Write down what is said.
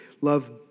Love